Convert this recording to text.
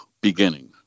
beginning